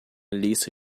lista